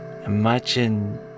Imagine